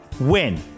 win